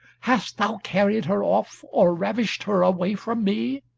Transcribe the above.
hast thou carried her off or ravished her away from me?